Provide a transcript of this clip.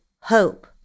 hope